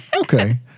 Okay